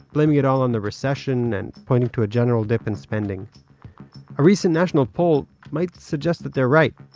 blaming it all on the recession and pointing to a general dip in spending a recent national poll might suggest that they're right.